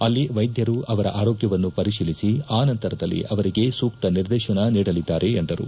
ಅಲ್ಲಿ ವೈದ್ದರು ಅವರ ಆರೋಗ್ತವನ್ನ ಪರಿಶೀಲಿಸಿ ಆ ನಂತರದಲ್ಲಿ ಅವರಿಗೆ ಸೂಕ್ತ ನಿರ್ದೇತನ ನೀಡಲಿದ್ದಾರೆ ಎಂದರು